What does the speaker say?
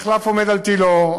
המחלף עומד על תלו,